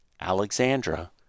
Alexandra